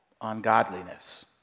ungodliness